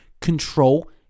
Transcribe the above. Control